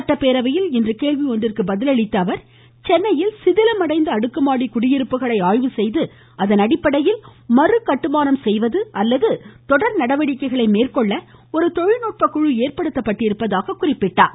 சட்டப்பேரவையில் கேள்வி ஒன்றுக்கு பதில் அளித்த அவர் சென்னையில் சிதிலம் அடைந்த அடுக்குமாடிக் குடியிருப்புகளை ஆய்வு செய்து அதனடிப்படையில் மறுகட்டுமானம் செய்வது அல்லது தொடர் நடவடிக்கைகளை மேற்கொள்ள ஒரு தொழில்நுட்பக்குழு ஏற்படுத்தப்பட்டிருப்பதாக குறிப்பிட்டார்